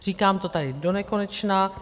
Říkám to tady donekonečna.